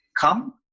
come